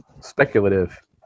speculative